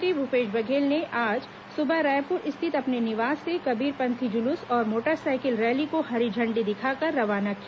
मुख्यमंत्री भूपेश बघेल ने आज सुबह रायपुर स्थित अपने निवास से कबीर पंथी जुलूस और मोटरसाइकिल रैली को हरी झण्डी दिखाकर रवाना किया